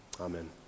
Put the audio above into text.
Amen